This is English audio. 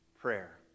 prayer